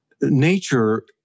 Nature